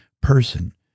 person